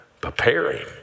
preparing